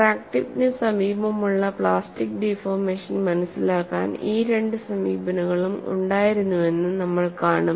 crack ടിപ്പിന് സമീപമുള്ള plastic deformation മനസിലാക്കാൻ ഈ രണ്ട് സമീപനങ്ങളും ഉണ്ടായിരുന്നുവെന്ന് നമ്മൾ കാണും